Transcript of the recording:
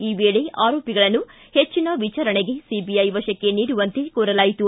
ಈ ವೇಳೆ ಆರೋಪಿಗಳನ್ನು ಹೆಚ್ಚಿನ ವಿಚಾರಣೆಗೆ ಸಿಬಿಐ ವಶಕ್ಕೆ ನೀಡುವಂತೆ ಕೋರಲಾಯಿತು